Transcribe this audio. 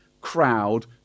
crowd